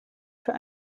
für